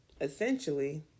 Essentially